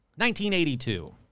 1982